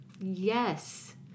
Yes